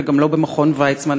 וגם לא במכון ויצמן,